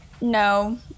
No